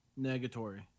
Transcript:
Negatory